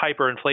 hyperinflation